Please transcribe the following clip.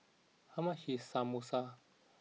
how much is Samosa